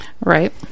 right